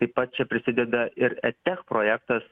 taip pat čia prisideda ir edtech projektas